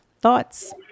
Thoughts